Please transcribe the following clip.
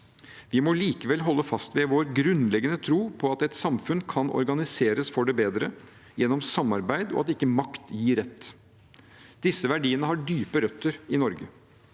Vi må likevel holde fast ved vår grunnleggende tro på at et samfunn kan organiseres for det bedre gjennom samarbeid, og at ikke makt gir rett. Disse verdiene har dype røtter i Norge.